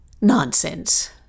Nonsense